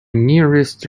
nearest